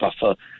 buffer